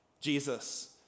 Jesus